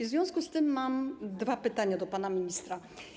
W związku z tym mam dwa pytania do pana ministra.